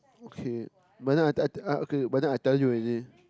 okay but then I I okay but then I tell you already